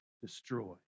destroy